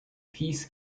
peace